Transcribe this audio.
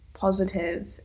positive